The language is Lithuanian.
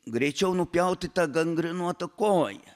greičiau nupjauti tą gangrenuotą koją